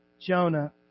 Jonah